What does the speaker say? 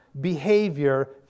behavior